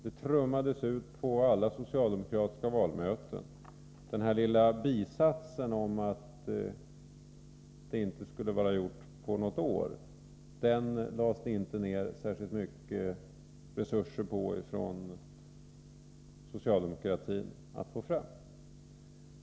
Det trumpetades ut på alla socialdemokratiska valmöten. Men att få fram den lilla bisatsen att det inte skulle vara gjort på något år att nå detta resultat lades det inte så särskilt stor möda på från socialdemokraterna.